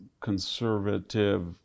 conservative